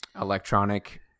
electronic